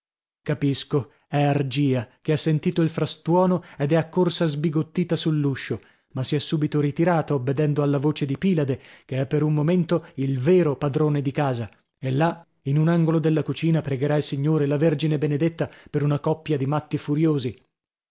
capisco è argia che ha sentito il frastuono ed è accorsa sbigottita sull'uscio ma si è subito ritirata obbedendo alla voce di pilade che è per un momento il vero padrone di casa e là in un angolo della cucina pregherà il signore e la vergine benedetta per una coppia di matti furiosi